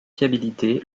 fiabilité